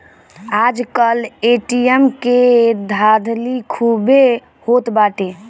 आजकल ए.टी.एम के धाधली खूबे होत बाटे